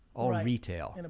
all retail. and